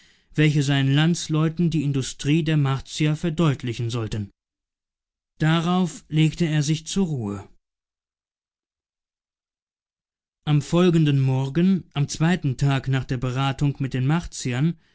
welche seinen landsleuten die industrie der martier verdeutlichen sollten darauf legte er sich zur ruhe am folgenden morgen am zweiten tag nach der beratung mit den martiern